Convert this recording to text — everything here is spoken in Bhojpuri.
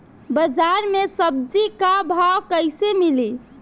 बाजार मे सब्जी क भाव कैसे मिली?